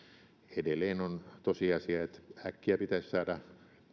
edelleen on tosiasia että äkkiä pitäisi saada pois